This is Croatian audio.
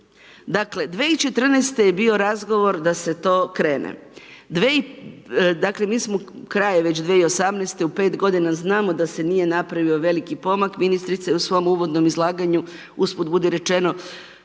Dakle, 2014. je bio razgovor da se to krene. Dakle, mi smo, kraj je već 2018., u 5 godina znamo da se nije napravio veliki pomak. Ministrica je u svom uvodnom izlaganju, usput budi rečeno,